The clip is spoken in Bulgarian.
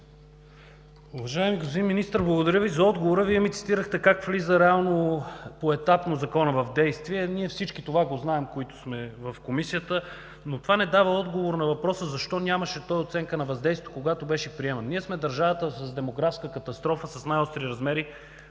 Уважаеми господин министър, благодаря Ви за отговора. Вие ми цитирахте как влиза реално поетапно Законът в действие. Ние всички, които сме в Комисията, го знаем, но това не дава отговор на въпроса защо нямаше той оценка на въздействието, когато беше приеман? Ние сме държавата с демографска катастрофа с най-остри размери